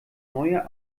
neue